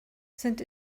sind